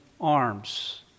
arms